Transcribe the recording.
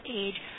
age